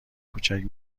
کوچک